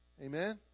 Amen